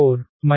5 1